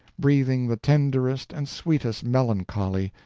breathing the tenderest and sweetest melancholy,